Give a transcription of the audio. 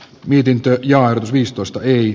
mietintöön ja arkistosta ei